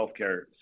healthcare